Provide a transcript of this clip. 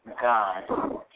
God